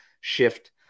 shift